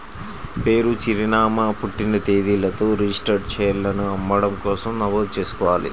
పేరు, చిరునామా, పుట్టిన తేదీలతో రిజిస్టర్డ్ షేర్లను అమ్మడం కోసం నమోదు చేసుకోవాలి